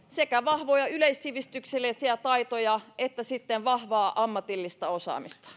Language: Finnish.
sekä vahvoja yleissivistyksellisiä taitoja että sitten vahvaa ammatillista osaamista